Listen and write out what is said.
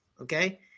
Okay